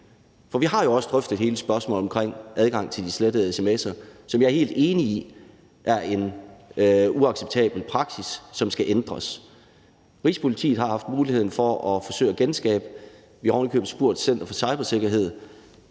For vi har jo også drøftet hele spørgsmålet omkring adgang til de slettede sms'er, som jeg er helt enig i er en utrolig uacceptabel praksis, som skal ændres. Rigspolitiet har haft muligheden for at forsøge at genskabe dem. Vi har ovenikøbet spurgt Center for Cybersikkerhed.